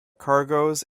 cargoes